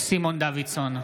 סימון דוידסון,